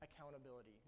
accountability